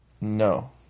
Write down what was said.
No